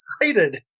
excited